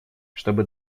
чтобы